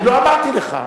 אני לא אמרתי לך.